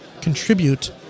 contribute